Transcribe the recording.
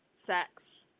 sex